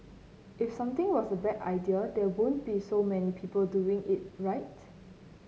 if something was a bad idea there wouldn't be so many people doing it right